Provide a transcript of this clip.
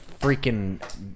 freaking